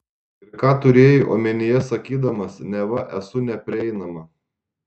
ir ką turėjai omenyje sakydamas neva esu neprieinama